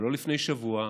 ולא לפני שבוע,